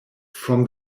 from